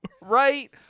right